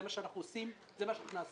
זה מה שאנחנו עושים וזה מה שאנחנו נעשה.